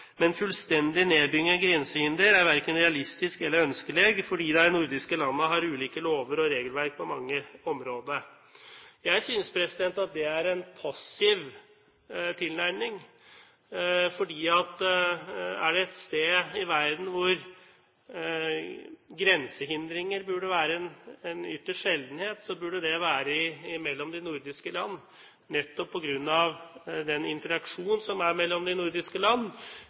men fullstendig nedbygging av grensehinder er verken realistisk eller ønskeleg, fordi dei nordiske landa har ulike lover og regelverk på mange område.» Jeg synes at det er en passiv tilnærming. Er det et sted i verden hvor grensehindringer burde være en ytterst sjeldenhet, var det mellom de nordiske land, nettopp på grunn av den interaksjon som er mellom de nordiske land,